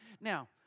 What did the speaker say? Now